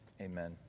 amen